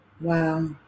wow